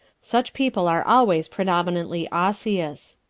such people are always predominantly osseous.